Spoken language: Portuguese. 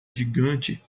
gigante